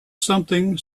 something